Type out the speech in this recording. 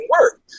work